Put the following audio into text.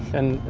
and.